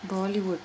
bollywood